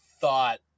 thought